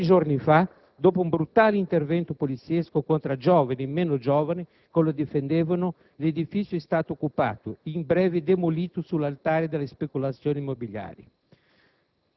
Pochi giorni fa, dopo un brutale intervento poliziesco contro giovani e meno giovani che lo difendevano, l'edificio è stato occupato e in breve demolito sull'altare della speculazione immobiliare.